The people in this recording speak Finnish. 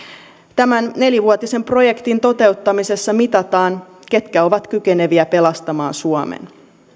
tämän nelivuotisen projektin toteuttamisessa mitataan ketkä ovat kykeneviä pelastamaan suomen